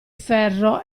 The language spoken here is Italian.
ferro